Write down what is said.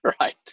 Right